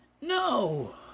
no